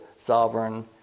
sovereign